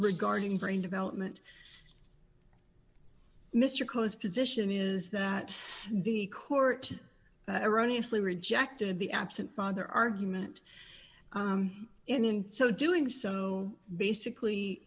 regarding brain development mr close position is that the court erroneous lee rejected the absent father argument and in so doing so basically